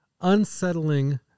unsettling